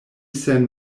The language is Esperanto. sen